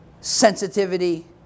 sensitivity